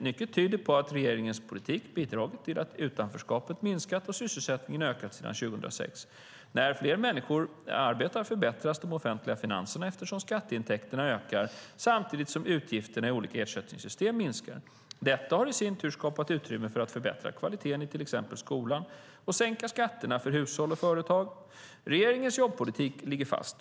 Mycket tyder på att regeringens politik har bidragit till att utanförskapet minskat och sysselsättningen ökat sedan 2006. När fler människor arbetar förbättras de offentliga finanserna eftersom skatteintäkterna ökar samtidigt som utgifterna i olika ersättningssystem minskar. Detta har i sin tur skapat utrymme för att förbättra kvaliteten i till exempel skolan och att sänka skatterna för hushåll och företag. Regeringens jobbpolitik ligger fast.